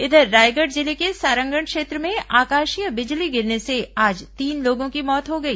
इधर रायगढ़ जिले के सारंगढ़ क्षेत्र में आकाशीय बिजली गिरने से आज तीन लोगों की मौत हो गई